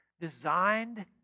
designed